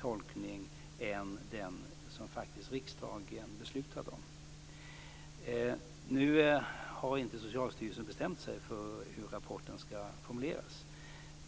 tolkning än den som riksdagen faktiskt beslutat om. Nu har inte Socialstyrelsen bestämt sig för hur rapporten skall formuleras.